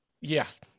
Yes